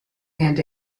and